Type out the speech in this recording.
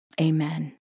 Amen